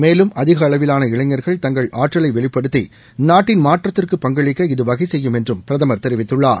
மேலும் அதிக அளவிலான இளைஞர்கள் தங்கள் ஆற்றலை வெளிப்படுத்தி நாட்டின் மாற்றத்திற்கு பங்களிக்க இது வகைசெய்யும் என்றும் பிரதமர் தெரிவித்துள்ளார்